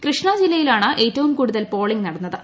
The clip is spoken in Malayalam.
കൃഷ്ണ ജില്ലയിലാണ് ഏറ്റവും കൂടുതൽ പോളിംഗ് നടന്നത്